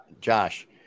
Josh